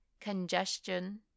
congestion